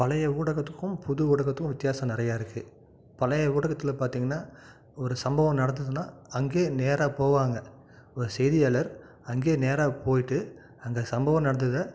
பழைய ஊடகத்துக்கும் புது ஊடகத்துக்கும் வித்தியாசம் நிறையாயிருக்கு பழைய ஊடகத்தில் பார்த்திங்கன்னா ஒரு சம்பவம் நடந்ததுன்னா அங்கேயே நேராக போவாங்க ஒரு செய்தியாளர் அங்கேயே நேராக போய்ட்டு அங்கே சம்பவம் நடந்ததை